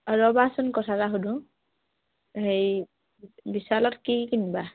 অঁ ৰ'বাচোন কথা এটা সুধোঁ হেৰি বিছালত কি কিনিবা